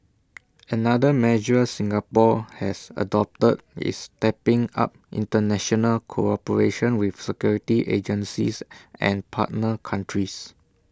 another measure Singapore has adopted is stepping up International cooperation with security agencies and partner countries